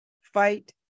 fight